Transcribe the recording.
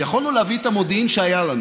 כשיכולנו להביא את המודיעין שהיה לנו